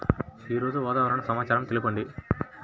ఈరోజు వాతావరణ సమాచారం తెలుపండి